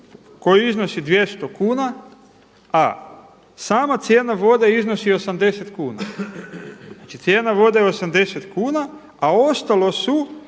koji iznosi 200 kuna a sama cijena vode iznosi 80 kuna. Znači cijena vode je 80 kuna, a ostalo su